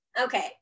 okay